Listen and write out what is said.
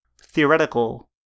theoretical